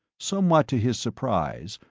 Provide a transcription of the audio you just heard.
somewhat to his surprise,